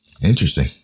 Interesting